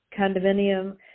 condominium